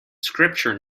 scripture